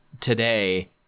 today